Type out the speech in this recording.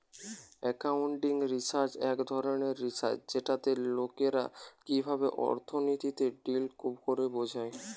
accounting research এক ধরণের research যেটাতে লোকরা কিভাবে অর্থনীতিতে ডিল করে বোঝা